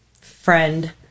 friend